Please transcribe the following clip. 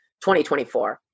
2024